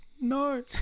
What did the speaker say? no